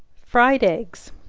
fried eggs.